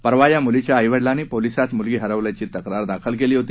परवा या मुलीच्या आईवडिलांनी पोलीसात मुलगी हरवल्याची तक्रार दाखल केली होती